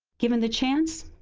given the chance,